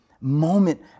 moment